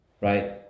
right